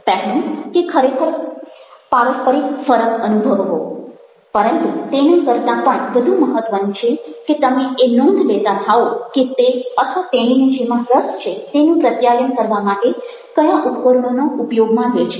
પહેલું કે ખરેખર પારસ્પરિક ફરક અનુભવવો પરંતુ તેના કરતાં પણ વધુ મહત્ત્વનું છે કે તમે એ નોંધ લેતા થાઓ છો કે તે અથવા તેણીને જેમાં રસ છે તેનું પ્રત્યાયન કરવા માટે કયા ઉપકરણોને ઉપયોગમાં લે છે